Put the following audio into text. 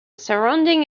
surrounding